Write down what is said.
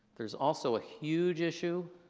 there's also a huge issue